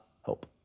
hope